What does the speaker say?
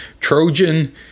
Trojan